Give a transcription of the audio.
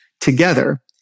together